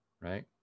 right